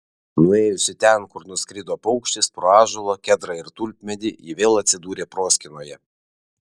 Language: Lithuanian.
nuėjusi ten kur nuskrido paukštis pro ąžuolą kedrą ir tulpmedį ji vėl atsidūrė proskynoje